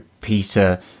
Peter